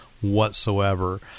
whatsoever